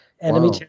Enemy